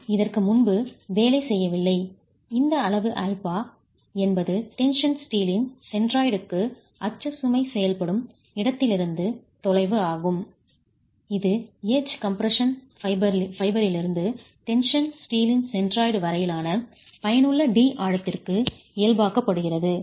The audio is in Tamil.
நாம்இதற்கு முன்பு வேலை செய்யவில்லை இந்த அளவு ஆல்பா என்பது டென்ஷன் ஸ்டீலின் சென்ட்ராய்டுக்கு அச்சு சுமை செயல்படும் இடத்திலிருந்து தொலைவு ஆகும் இது எட்ஜ் கம்ப்ரஷன் ஃபைபரிலிருந்து டென்ஷன் ஸ்டீலின் சென்ட்ராய்டு வரையிலான பயனுள்ள d ஆழத்திற்கு இயல்பாக்கப்படுகிறது